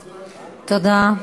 תודה.